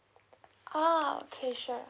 oh okay sure